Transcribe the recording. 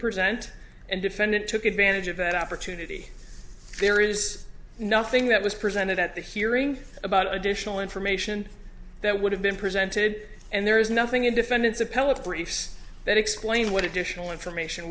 present and defendant took advantage of that opportunity there is nothing that was presented at the hearing about additional information that would have been presented and there is nothing in defendant's appellate briefs that explain what additional information